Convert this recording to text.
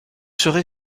serez